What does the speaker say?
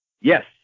yes